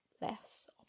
less